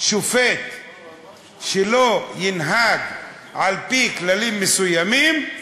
שופט שלא ינהג על-פי כללים מסוימים,